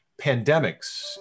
pandemics